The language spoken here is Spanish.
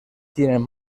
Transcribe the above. tienen